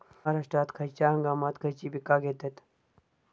महाराष्ट्रात खयच्या हंगामांत खयची पीका घेतत?